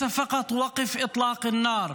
(אומר דברים בשפה הערבית, להלן תרגומם:).